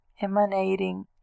emanating